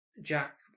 Jack